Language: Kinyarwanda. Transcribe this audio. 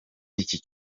iki